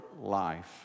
life